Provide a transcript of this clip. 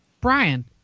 Brian